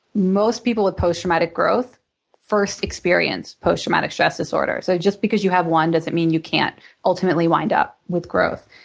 most people with post-traumatic growth first experience post-traumatic stress disorder. so just because you have one, doesn't mean you can't ultimately wind up with growth.